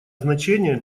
значение